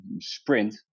sprint